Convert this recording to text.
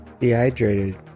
Dehydrated